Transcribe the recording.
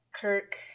Kirk